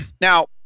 Now